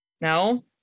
no